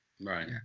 Right